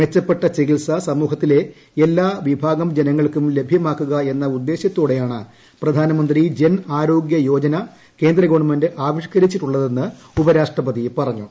മെച്ചപ്പെട്ട ചികിത്സ സമൂഹത്തിലെ എല്ലാ വിഭാഗം ജനങ്ങൾക്കും ലഭ്യമാക്കുക എന്ന ഉദ്ദേശ്യത്തോടെയാണ് പ്രധാൻമന്ത്രി ജൻ ആരോഗ്യ യോജന കേന്ദ്ര ഗവൺമെന്റ് ആവിഷ്ക്കരിച്ചിട്ടുള്ളതെന്ന് ഉപരാഷ്ട്രപതി പറഞ്ഞു